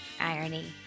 irony